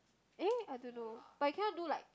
eh I don't know but you cannot do like